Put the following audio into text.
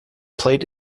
played